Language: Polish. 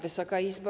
Wysoka Izbo!